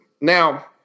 Now